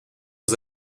aux